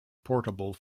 portable